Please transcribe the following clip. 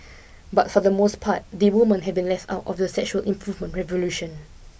but for the most part the women have been left out of the sexual improvement revolution